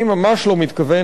אני ממש לא מתכוון,